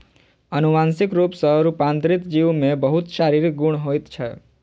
अनुवांशिक रूप सॅ रूपांतरित जीव में बहुत शारीरिक गुण होइत छै